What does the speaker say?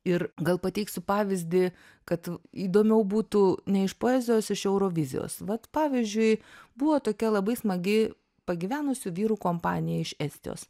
ir gal pateiksiu pavyzdį kad įdomiau būtų ne iš poezijos iš eurovizijos vat pavyzdžiui buvo tokia labai smagi pagyvenusių vyrų kompanija iš estijos